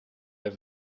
der